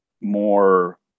more